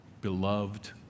beloved